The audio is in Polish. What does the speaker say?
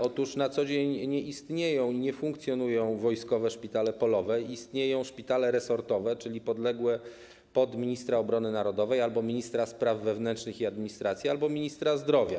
Otóż na co dzień nie istnieją i nie funkcjonują wojskowe szpitale polowe, istnieją szpitale resortowe, czyli podległe ministrowi obrony narodowej albo ministrowi spraw wewnętrznych i administracji, albo ministrowi zdrowia.